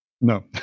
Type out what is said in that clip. No